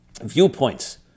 viewpoints